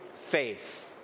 faith